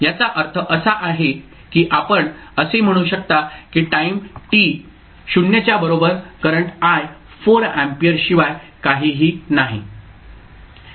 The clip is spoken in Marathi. याचा अर्थ असा आहे की आपण असे म्हणू शकता की टाईम 0 च्या बरोबर करंट i 4 अँपेअर शिवाय काहीही नाही